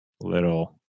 little